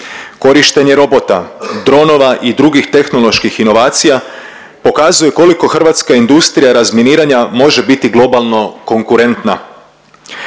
Korištenje robota, dronova i drugih tehnoloških inovacija pokazuju koliko hrvatska industrija razminiranja može biti globalno konkurentna.